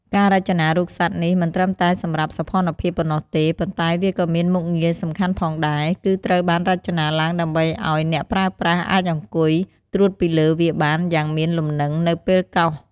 ការរចនារូបសត្វនេះមិនត្រឹមតែសម្រាប់សោភ័ណភាពប៉ុណ្ណោះទេ ប៉ុន្តែវាក៏មានមុខងារសំខាន់ផងដែរ គឺត្រូវបានរចនាឡើងដើម្បីឲ្យអ្នកប្រើប្រាស់អាចអង្គុយត្រួតពីលើវាបានយ៉ាងមានលំនឹងនៅពេលកោស។